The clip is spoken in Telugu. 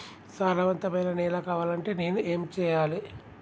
సారవంతమైన నేల కావాలంటే నేను ఏం చెయ్యాలే?